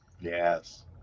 Yes